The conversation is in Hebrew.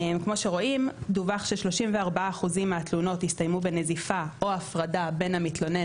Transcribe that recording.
כמו שרואים דווח ש-34% מהתלונות הסתיימו בנזיפה או בהפרדה בין המתלונן